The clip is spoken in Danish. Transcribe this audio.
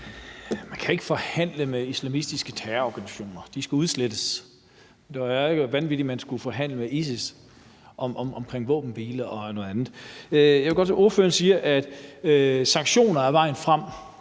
Man kan ikke forhandle med islamistiske terrororganisationer. De skal udslettes. Det ville også være vanvittigt, hvis man skulle forhandle med ISIS om våbenhvile og andet. Ordføreren siger, at det i stedet for er vejen frem